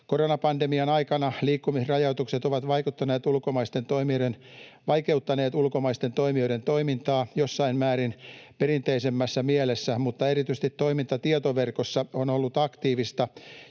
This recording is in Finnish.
Koronapandemian aikana liikkumisrajoitukset ovat vaikeuttaneet ulkomaisten toimijoiden toimintaa jossain määrin perinteisemmässä mielessä, mutta erityisesti toiminta tietoverkossa on ollut aktiivista